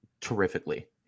terrifically